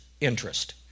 interest